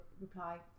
reply